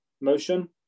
motion